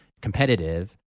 competitive